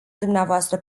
dvs